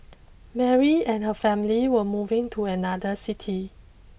Mary and her family were moving to another city